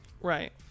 right